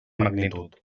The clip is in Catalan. magnitud